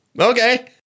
Okay